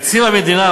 תקציב המדינה,